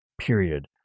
period